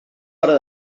hora